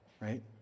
right